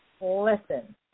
listen